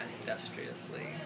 industriously